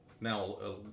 Now